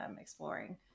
exploring